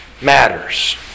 matters